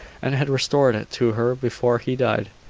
and had restored it to her before he died,